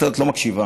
את לא מקשיבה,